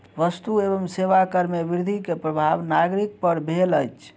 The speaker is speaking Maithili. वस्तु एवं सेवा कर में वृद्धि के प्रभाव नागरिक पर भेल अछि